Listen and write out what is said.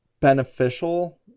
Beneficial